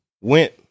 went